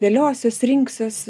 dėliosiuos rinksiuos